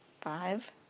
five